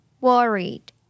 Worried